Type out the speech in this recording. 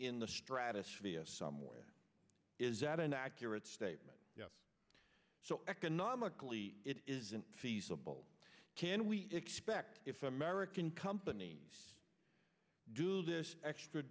in the stratosphere somewhere is that an accurate statement so economically it isn't feasible can we expect if american companies do this extra